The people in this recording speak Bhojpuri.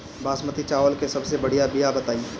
बासमती चावल के सबसे बढ़िया बिया बताई?